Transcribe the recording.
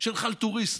של חלטוריסטים.